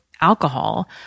alcohol